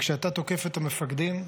כשאתה תוקף את המפקדים,